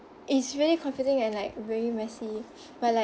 it's really confusing and like very messy but like